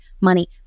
money